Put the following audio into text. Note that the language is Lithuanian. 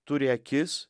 turi akis